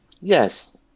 Yes